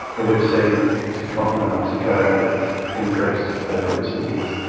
and we've seen oxycontin and oxycodone deaths increase over recent years.